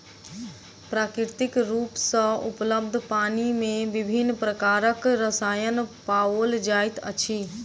प्राकृतिक रूप सॅ उपलब्ध पानि मे विभिन्न प्रकारक रसायन पाओल जाइत अछि